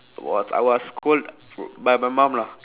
was I was scold by my mom lah